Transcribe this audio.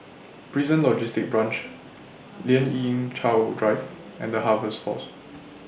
Prison Logistic Branch Lien Ying Chow Drive and The Harvest Force